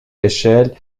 échelle